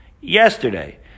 yesterday